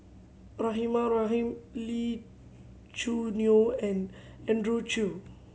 Rahimah Rahim Lee Choo Neo and Andrew Chew